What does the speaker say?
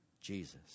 Jesus